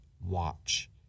watch